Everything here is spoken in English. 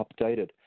updated